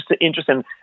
interesting